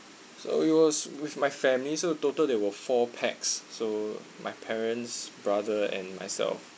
so we was with my family so total there were four pax so my parents brother and myself